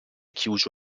chiuso